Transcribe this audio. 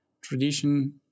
tradition